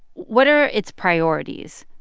what are its priorities?